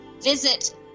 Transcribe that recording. visit